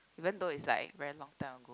even though it's like very long time ago